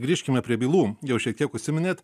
grįžkime prie bylų jau šiek tiek užsiminėt